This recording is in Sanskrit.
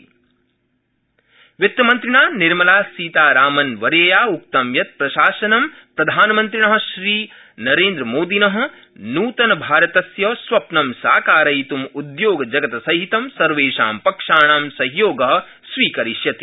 वित्तमन्त्री वित्तमन्त्रिणा निर्मलासीतारामन्वयर्या उक्तं यत् प्रशासनं प्रधानमन्त्रिण नूतनभारतस्य स्वप्नं साकारयितुं उद्योगजगतसहितं सर्वेषां पक्षाणां सहयोग स्वीकरिष्यति